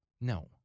No